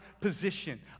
position